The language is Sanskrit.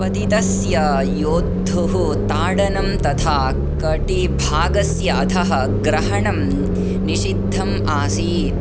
पतितस्य योद्धुः ताडनम् तथा कटिभागस्य अधः ग्रहणं निषिद्धम् आसीत्